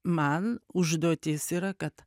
man užduotis yra kad